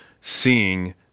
seeing